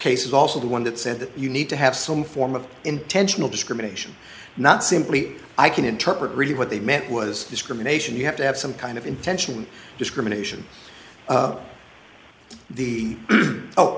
of also the one that said that you need to have some form of intentional discrimination not simply i can interpret really what they meant was discrimination you have to have some kind of intentional discrimination the